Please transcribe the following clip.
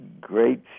great